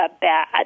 bad